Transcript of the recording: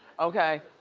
okay?